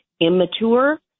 immature